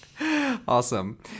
Awesome